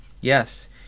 Yes